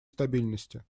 стабильности